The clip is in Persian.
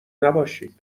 نباشین